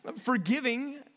forgiving